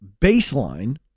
baseline